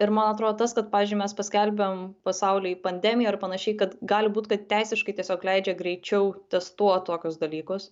ir man atrodo tas kad pavyzdžiui mes paskelbėm pasauly pandemiją ar panašiai kad gali būt kad teisiškai tiesiog leidžia greičiau testuot tokius dalykus